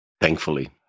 thankfully